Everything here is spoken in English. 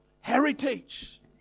heritage